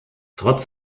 trotz